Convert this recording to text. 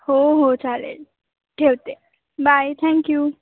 हो हो चालेल ठेवते बाय थँक्यू